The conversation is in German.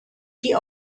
die